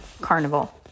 Carnival